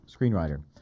screenwriter